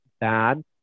bad